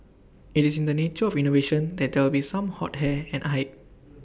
IT is in the nature of innovation that there will be some hot air and hype